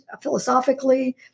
philosophically